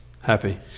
happy